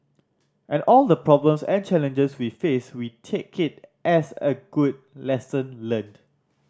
and all the problems and challenges we face we take it as a good lesson learnt